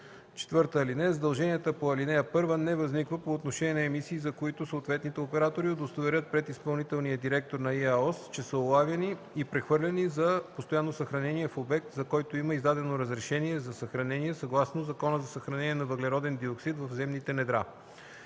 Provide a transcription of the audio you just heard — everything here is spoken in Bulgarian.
46, ал. 1. (4) Задължението по ал. 1 не възниква по отношение на емисии, за които съответните оператори удостоверят пред изпълнителния директор на ИАОС, че са улавяни и прехвърляни за постоянно съхранение в обект, за който има издадено разрешение за съхранение съгласно Закона за съхранение на въглероден диоксид в земните недра.